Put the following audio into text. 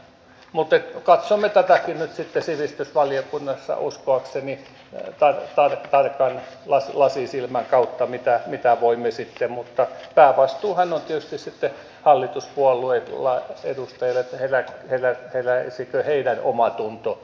mutta katsomme tätäkin nyt sitten sivistysvaliokunnassa uskoakseni tarkan lasisilmän kautta mitä voimme sitten tehdä mutta päävastuuhan on tietysti hallituspuolueiden edustajilla että heräisikö heidän omatuntonsa nyt